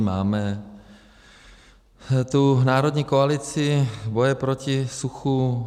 Máme tu národní koalici boje proti suchu.